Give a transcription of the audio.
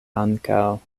ankaŭ